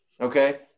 Okay